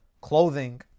clothing